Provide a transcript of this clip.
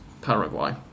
Paraguay